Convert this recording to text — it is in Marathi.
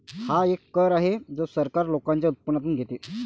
हा एक कर आहे जो सरकार लोकांच्या उत्पन्नातून घेते